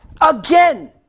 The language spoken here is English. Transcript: Again